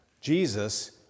Jesus